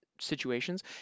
situations